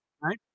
Right